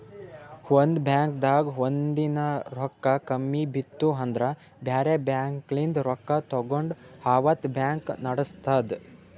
ಒಂದ್ ಬಾಂಕ್ದಾಗ್ ಒಂದಿನಾ ರೊಕ್ಕಾ ಕಮ್ಮಿ ಬಿದ್ದು ಅಂದ್ರ ಬ್ಯಾರೆ ಬ್ಯಾಂಕ್ಲಿನ್ತ್ ರೊಕ್ಕಾ ತಗೊಂಡ್ ಅವತ್ತ್ ಬ್ಯಾಂಕ್ ನಡಸ್ತದ್